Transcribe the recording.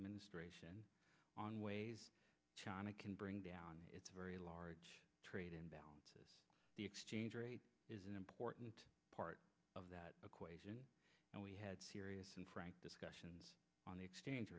ministration on ways china can bring down its very large trade imbalance the exchange rate is an important part of that equation and we had serious and frank discussions on the exchange